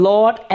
Lord